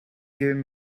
giving